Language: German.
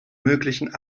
möglichen